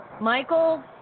Michael